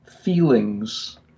feelings